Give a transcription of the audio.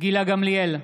גילה גמליאל,